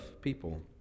people